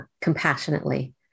compassionately